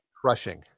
Crushing